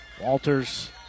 Walters